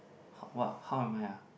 what how am I ah